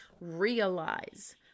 realize